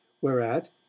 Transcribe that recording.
whereat